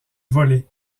volé